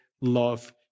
love